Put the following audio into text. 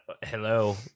Hello